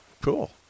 cool